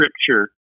scripture